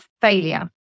failure